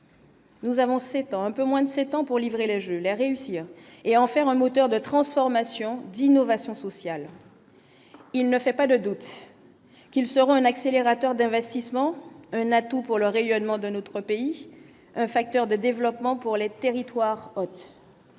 Nous avons s'étant un peu moins de 7 ans pour livrer le je voulais réussir et en faire un moteur de transformation d'innovation sociale, il ne fait pas de doute qu'ils seront un accélérateur d'investissements, un atout pour le rayonnement de notre pays, un facteur de développement pour les territoires,